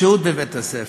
השהות בבית-הספר,